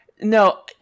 No